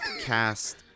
cast